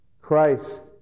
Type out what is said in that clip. Christ